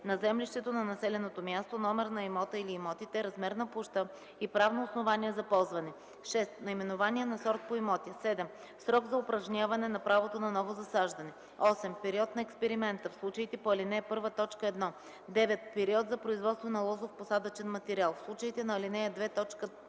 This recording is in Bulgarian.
на землището на населеното място, номер на имота или имотите, размер на площта и правно основание за ползване; 6. наименование на сорт по имоти; 7. срок за упражняване на правото на ново засаждане; 8. период на експеримента – в случаите на ал. 1, т. 1; 9. период за производство на лозов посадъчен материал – в случаите на ал. 1, т.